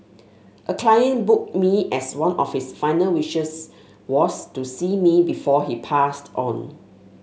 a client booked me as one of his final wishes was to see me before he passed on